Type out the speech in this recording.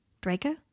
Draco